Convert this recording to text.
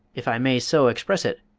if i may so express it,